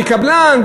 מקבלן,